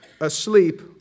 asleep